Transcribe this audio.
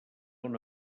una